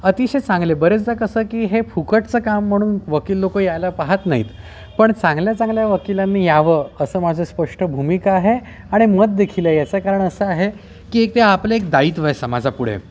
अतिशय चांगले बरेचदा कसं की हे फुकटचं काम म्हणून वकील लोक यायला पाहात नाहीत पण चांगल्या चांगल्या वकिलांनी यावं असं माझं स्पष्ट भूमिका आहे आणि मत देखील आहे याचं कारण असं आहे की एक ते आपलं एक दायित्वय समाजा पुढे